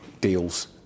deals